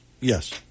yes